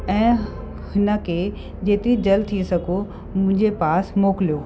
ऐं हिनखे जेतिरी जल्द थी सघो मुंहिंजे पास मोकिलियो